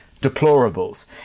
deplorables